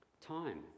Time